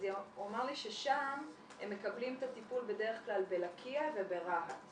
אז הוא אמר לי ששם הם מקבלים את הטיפול בדרך כלל בלקיה וברהט.